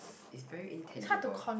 is very intangible